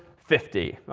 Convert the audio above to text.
fifty. well,